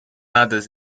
ladders